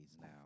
now